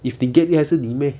if 你 get it 还是你 meh